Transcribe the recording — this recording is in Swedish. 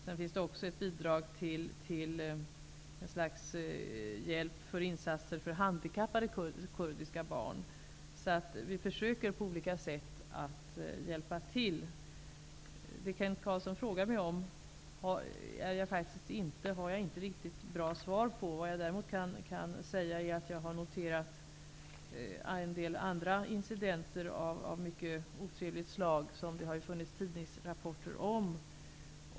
Vi har också givit bidrag till hjälp med insatser för handikappade kurdiska barn. Vi försöker alltså på olika sätt att hjälpa till. Det Kent Carlsson frågade mig om har jag inte något riktigt bra svar på. Jag kan däremot säga att jag har noterat en del andra incidenter av mycket otrevligt slag som det funnits tidningsrapporter om.